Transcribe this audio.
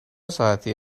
ساعتی